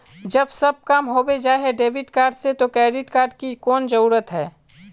जब सब काम होबे जाय है डेबिट कार्ड से तो क्रेडिट कार्ड की कोन जरूरत है?